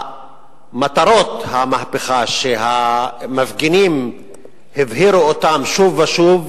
מטרות המהפכה, שהמפגינים הבהירו אותן שוב ושוב,